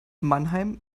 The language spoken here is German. mannheim